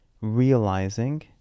realizing